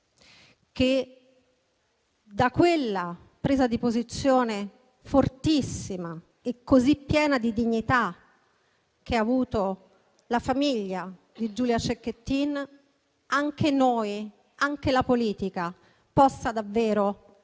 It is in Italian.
che da quella presa di posizione fortissima e così piena di dignità che ha avuto la famiglia di Giulia Cecchettin anche noi, anche la politica, potessimo davvero cambiare